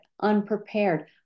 unprepared